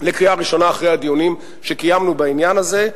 לקריאה ראשונה, אחרי הדיונים שקיימנו בעניין הזה.